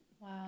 Wow